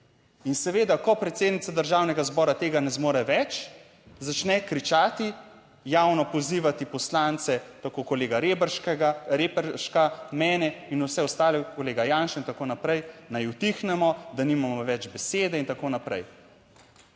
In seveda, ko predsednica Državnega zbora tega ne zmore več, začne kričati, javno pozivati poslance, tako kolega Reberška, mene in vse ostale, kolega Janša in tako naprej, naj utihnemo, da nimamo več besede in tako naprej.